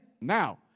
Now